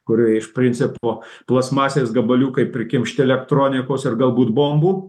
kurie iš principo plastmasės gabaliukai prikimšti elektronikos ir galbūt bombų